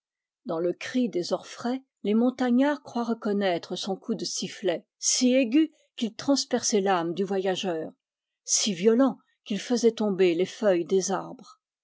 dans le cri des orfraies les montagnards croient reconnaître son coup de sifflet si aigu qu'il transperçait l'âme du voyageur si violent qu'il faisait tomber les feuilles des arbres